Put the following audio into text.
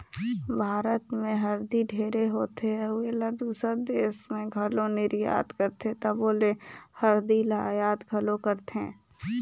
भारत में हरदी ढेरे होथे अउ एला दूसर देस में घलो निरयात करथे तबो ले हरदी ल अयात घलो करथें